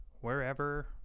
wherever